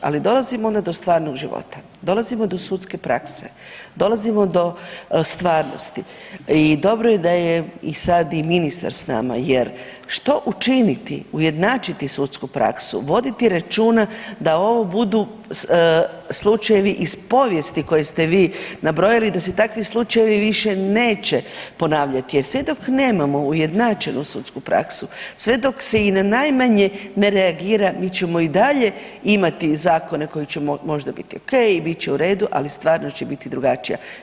Ali dolazimo onda do stvarnog života, dolazimo do sudske prakse, dolazimo do stvarnosti i dobro je da je i sad i ministar s nama jer što učiniti ujednačiti sudsku praksu, voditi računa da ovo budu slučajevi iz povijesti koje ste vi nabrojili, da se takvi slučajevi više neće ponavljati jer sve dok nemamo ujednačenu sudsku praksu, sve dok se i na najmanje ne reagira mi ćemo i dalje imati zakone koji će možda biti okej i bit će u redu, ali stvarnost će biti drugačija.